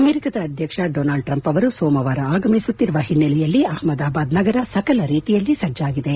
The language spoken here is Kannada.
ಅಮೆರಿಕದ ಅಧ್ಯಕ್ಷ ಡೊನಾಲ್ಡ್ ಟ್ರಂಪ್ ಅವರು ಸೋಮವಾರ ಆಗಮಿಸುತ್ತಿರುವ ಹಿನ್ನೆಲೆಯಲ್ಲಿ ಅಹ್ಮದಾಬಾದ್ ನಗರ ಸಕಲ ರೀತಿಯಲ್ಲಿ ಸಜ್ಜಾಗಿದೆ